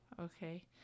Okay